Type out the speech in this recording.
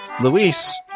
Luis